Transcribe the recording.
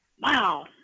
Wow